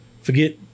forget